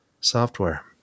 software